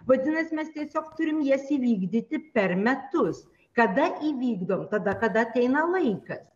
vadinasi mes tiesiog turim jas įvykdyti per metus kada įvykdom tada kada ateina laikas